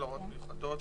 הוראות מיוחדות